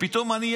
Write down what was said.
ופתאום אני,